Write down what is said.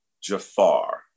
Jafar